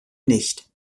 nicht